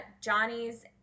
Johnny's